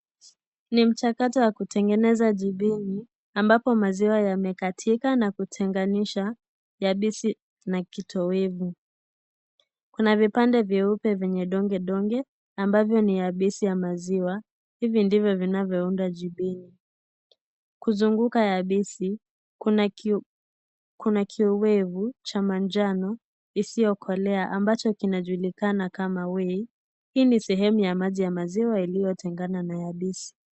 Ni mchakato wa kutengeneza jibini ambapo maziwa yamekatika na kutenganisha yabisi na kiowevu. Kuna vipande vyeupe vyenye donge donge ambavyo ni yabisi ya maziwa , hivi ndivyo vinanyounda jibini. Kuzunguka kabisa, kuna kiowevu cha manjano isiyokolea ambacho kinajulikana kama weigh , hii ni sehemu ya maji ya maziwa iliyotengana na yabisi.